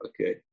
Okay